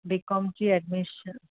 B com जी admission